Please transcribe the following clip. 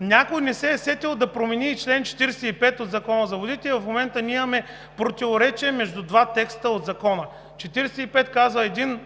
никой не се е сетил да промени и чл. 45 от Закона за водите, и в момента ние имаме противоречие между два текста от Закона – чл. 45 казва: